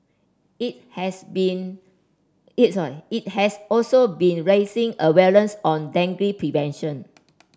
it has been it has also been raising awareness on dengue prevention